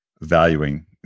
valuing